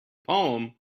poem